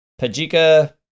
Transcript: Pajika